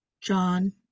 John